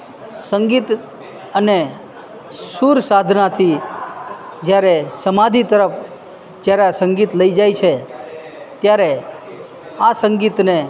સંગીત અને સૂર સાધનાથી જ્યારે સમાધિ તરફ જ્યારે આ સંગીત લઈ જાય છે ત્યારે આ સંગીતને